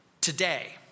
today